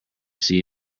see